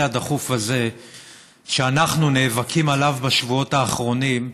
הדחוף הזה שאנחנו נאבקים עליו בשבועות האחרונים,